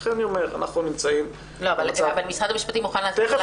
אבל משרד המשפטים מוכן לדון בזה.